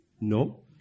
No